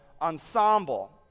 ensemble